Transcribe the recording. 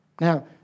Now